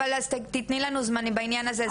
תתני לנו זמנים בעניין הזה?